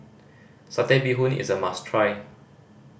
Satay Bee Hoon is a must try